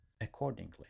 accordingly